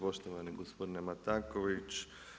Poštovani gospodine Mataković.